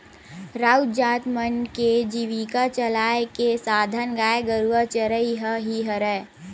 राउत जात मन के जीविका चलाय के साधन गाय गरुवा चरई ह ही हरय